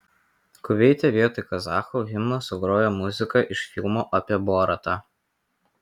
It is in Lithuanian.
kuveite vietoj kazachų himno sugrojo muziką iš filmo apie boratą